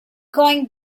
going